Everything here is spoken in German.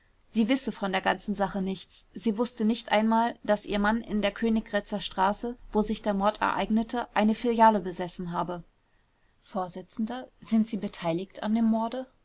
sie wisse von der ganzen sache nichts sie wußte nicht einmal daß ihr mann in der königgrätzer straße wo sich der mord ereignete eine filiale besessen habe vors sind sie beteiligt an dem morde